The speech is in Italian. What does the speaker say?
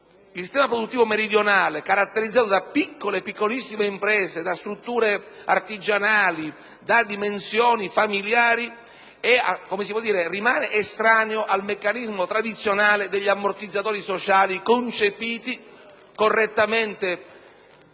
Il sistema produttivo meridionale, caratterizzato da piccole e piccolissime imprese, da strutture artigianali, da dimensioni familiari, rimane estraneo al meccanismo tradizionale degli ammortizzatori sociali concepiti correttamente